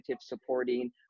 supporting